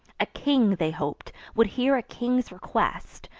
a king, they hop'd, would hear a king's request,